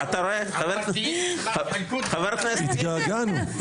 צודק חבר הכנסת פרוש.